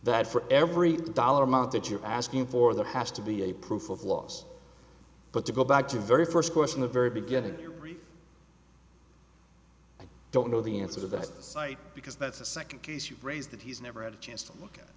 that for every dollar amount that you're asking for there has to be a proof of laws but to go back to the very first question the very beginning i don't know the answer to that site because that's the second case you raised that he's never had a chance to look at